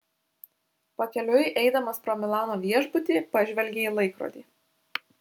pakeliui eidamas pro milano viešbutį pažvelgė į laikrodį